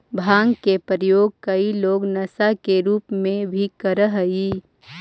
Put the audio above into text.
भाँग के प्रयोग कई लोग नशा के रूप में भी करऽ हई